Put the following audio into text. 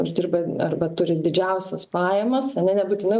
uždirba arba turi didžiausias pajamas ane nebūtinai